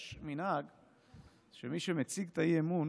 יש מנהג שמי שמציג את האי-אמון